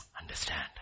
Understand